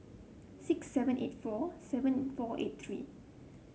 six seven eight four seven four eight three